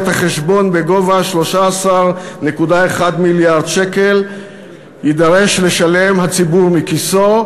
את החשבון בגובה 13.1 מיליארד שקל יידרש לשלם הציבור מכיסו,